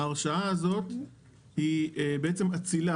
ההרשאה הזו היא למעשה אצילה,